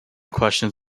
questions